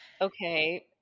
Okay